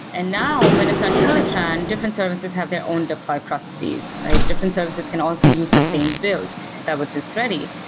and now, when it's on teletron, different services have their own deploy processes. different services can also use the same build that was just ready.